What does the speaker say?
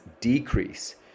decrease